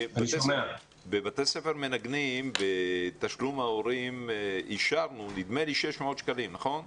בבתי ספר מנגנים בתשלום ההורים אישרנו נדמה לי 600 ₪ נכון?